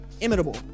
imitable